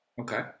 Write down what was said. Okay